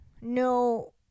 no